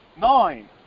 Nine